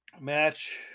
match